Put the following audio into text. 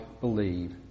believe